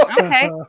Okay